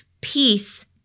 peace